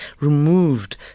removed